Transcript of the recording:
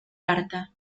carta